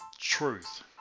truth